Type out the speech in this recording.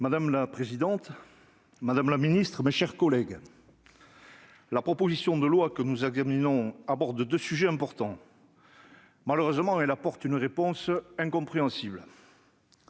Madame la présidente, madame la ministre, mes chers collègues, la proposition de loi que nous examinons aborde deux sujets importants. Malheureusement, elle apporte une réponse incompréhensible.